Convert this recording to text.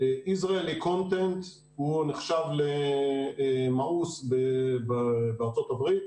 israeli contentנחשב למאוס בארצות הברית.